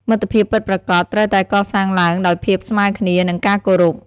មិត្តភាពពិតប្រាកដត្រូវតែកសាងឡើងដោយភាពស្មើគ្នា និងការគោរព។